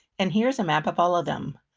and here's a map of all of them.